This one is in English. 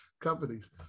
companies